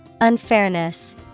Unfairness